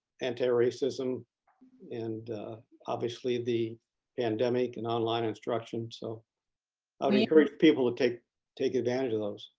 antiracism and obviously the pandemic and online instruction, so i would encourage people to take take advantage of those.